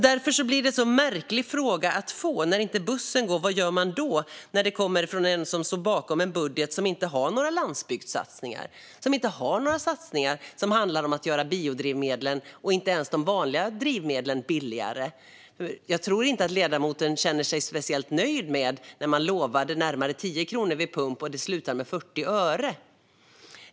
Därför känns det så märkligt att få frågan vad man ska göra när bussen inte går från en person som står bakom en budget som inte har några landsbygdssatsningar och inte några satsningar som handlar om att göra biodrivmedel och inte ens vanliga drivmedel billigare. Jag tror inte att ledamoten kände sig speciellt nöjd när man lovade en sänkning på närmare 10 kronor vid pump och det slutade med 40 öre.